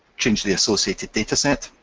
change the associated dataset,